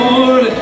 Lord